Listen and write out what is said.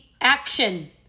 action